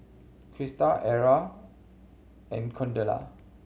Crysta Ara and Cordella